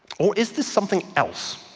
or is this something else?